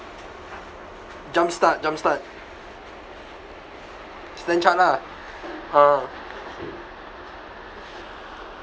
jump start jump start stan chart lah ha